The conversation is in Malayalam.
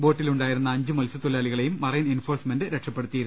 ബോട്ടി ലുണ്ടായിരുന്ന അഞ്ച് മത്സ്യത്തൊഴിലാളികളെയും മറൈൻ എൻഫോഴ്സ്മെന്റ് രക്ഷപ്പെടുത്തിയിരുന്നു